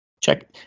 Check